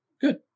Good